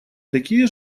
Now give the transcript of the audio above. такие